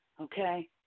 Okay